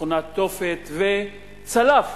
מכונת תופת, וצלף